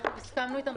אנחנו הסכמנו איתם.